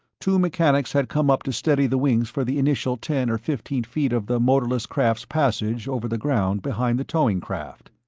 two mechanics had come up to steady the wings for the initial ten or fifteen feet of the motorless craft's passage over the ground behind the towing craft.